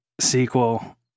sequel